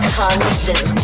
constant